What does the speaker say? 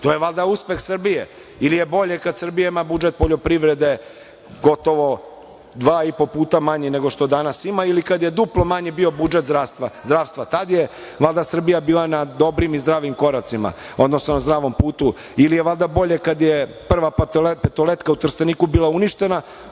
to je valjda uspeh Srbije, ili je bolje kad Srbija ima budžet poljoprivrede gotovo dva i po puta manji nego što danas ima ili kad je duplo manji bio budžet zdravstva, tad je valjda Srbija bila na dobrim i zdravim koracima, odnosno na zdravom putu ili je valjda bolje kad je Prva petoletka u Trsteniku bila uništena,